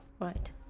Right